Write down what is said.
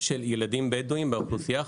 של ילדים בדווים באוכלוסייה?